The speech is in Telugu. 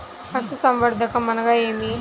పశుసంవర్ధకం అనగా ఏమి?